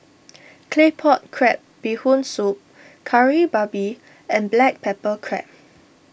Claypot Crab Bee Hoon Soup Kari Babi and Black Pepper Crab